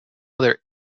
other